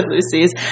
Lucy's